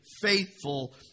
faithful